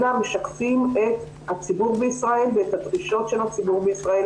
אלא משקפים את הציבור בישראל ואת הדרישות של הציבור בישראל,